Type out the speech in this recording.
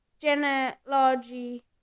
genealogy